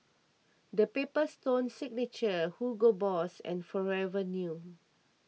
the Paper Stone Signature Hugo Boss and Forever New